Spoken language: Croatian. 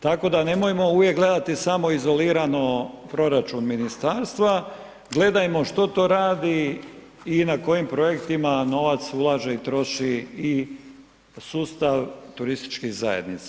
Tako da nemojmo uvijek gledati samo izolirano proračun ministarstva, gledajmo što to radi i na kojim projektima novac ulaže i troši i sustav turističkih zajednica.